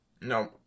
No